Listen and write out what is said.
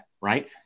right